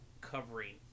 covering